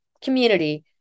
community